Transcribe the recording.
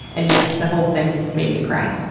and yes, the whole thing made me cry.